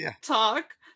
talk